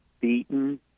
beaten